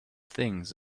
things